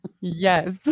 Yes